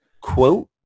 quote